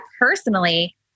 personally